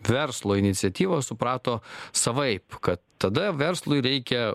verslo iniciatyvą suprato savaip kad tada verslui reikia